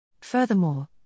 Furthermore